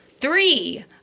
three